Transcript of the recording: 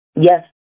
yes